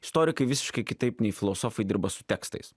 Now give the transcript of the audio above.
istorikai visiškai kitaip nei filosofai dirba su tekstais